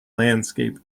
landscape